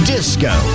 Disco